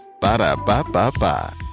Ba-da-ba-ba-ba